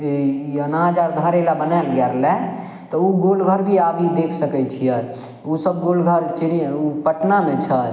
ई अनाज अर धरय लए बनाओल गेल रहयऽ तऽ ओ गोलघर भी आबी देख सकय छियै उसब गोलघर चि पटनामे छै